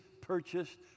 purchased